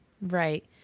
right